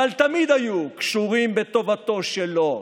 אבל תמיד היו קשורים בטובתו שלו.